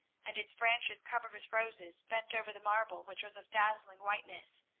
and its branches covered with roses bent over the marble, which was of dazzling whiteness,